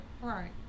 Right